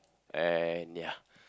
and ya